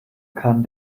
kann